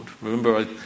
Remember